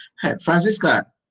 francisca